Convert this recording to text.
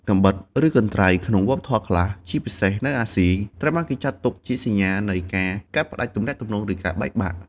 កាំបិត ឬកន្ត្រៃ ក្នុងវប្បធម៌ខ្លះ ជាពិសេសនៅអាស៊ី ត្រូវបានចាត់ទុកជាសញ្ញានៃការ កាត់ផ្តាច់ទំនាក់ទំនង ឬការបែកបាក់។